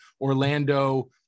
orlando